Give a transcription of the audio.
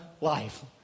life